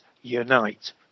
unite